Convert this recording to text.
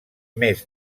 més